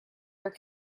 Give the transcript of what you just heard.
air